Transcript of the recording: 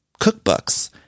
cookbooks